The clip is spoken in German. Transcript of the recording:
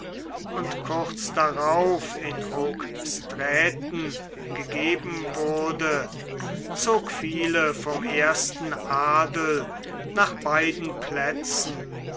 und kurz darauf in hoogstraaten gegeben wurde zog viele vom ersten adel nach beiden plätzen